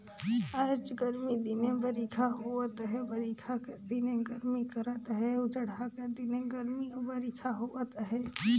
आएज गरमी दिने बरिखा होवत अहे बरिखा कर दिने गरमी करत अहे अउ जड़हा कर दिने गरमी अउ बरिखा होवत अहे